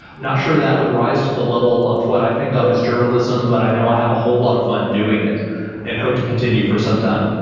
not sure that would rise to the level of what i think of as journalism, but i know i have a whole lot of fun doing it and hope to continue for some time.